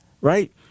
Right